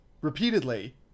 repeatedly